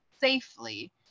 safely